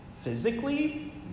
Physically